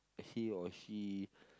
he or she